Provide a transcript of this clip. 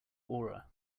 aura